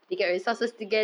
mmhmm